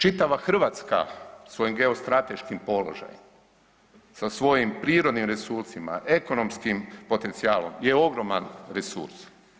Čitava Hrvatska svojim geostrateškim položajem, sa svojim prirodnim resursima, ekonomskim potencijalom je ogroman resurs.